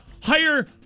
hire